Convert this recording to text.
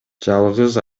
жалгыз